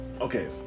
Okay